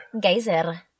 Geyser